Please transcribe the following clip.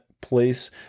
place